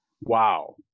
wow